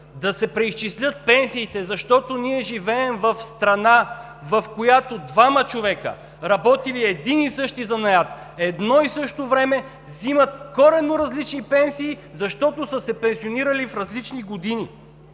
да се преизчислят пенсиите, защото живеем в страна, в която двама човека, работили един и същи занаят по едно и също време, вземат коренно различни пенсии, защото са се пенсионирали в различни години.